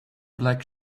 black